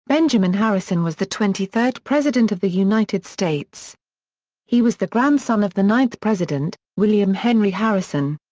benjamin harrison was the twenty third president of the united states he was the grandson of the ninth president, william henry harrison.